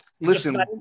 listen